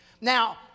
now